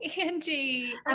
Angie